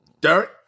Derek